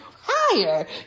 higher